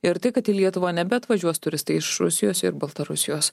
ir tai kad į lietuvą nebeatvažiuos turistai iš rusijos ir baltarusijos